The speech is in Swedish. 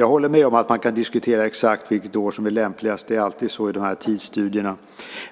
Jag håller med om att man kan diskutera exakt vilket år som är lämpligast. Det är alltid så i dessa tidsstudier.